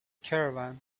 caravan